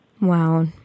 Wow